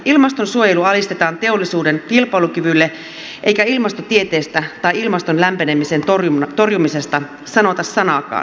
ilmastonsuojelu alistetaan teollisuuden kilpailukyvylle eikä ilmastotieteestä tai ilmaston lämpenemisen torjumisesta sanota sanaakaan